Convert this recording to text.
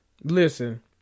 listen